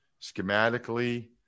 schematically